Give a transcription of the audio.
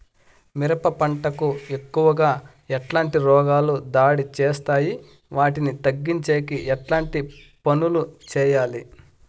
మిరప పంట కు ఎక్కువగా ఎట్లాంటి రోగాలు దాడి చేస్తాయి వాటిని తగ్గించేకి ఎట్లాంటి పనులు చెయ్యాలి?